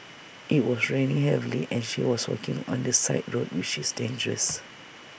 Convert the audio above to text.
IT was raining heavily and she was walking on the side road which is dangerous